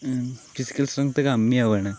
physical strength കമ്മിയാവുകയാണ്